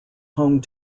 home